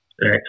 Right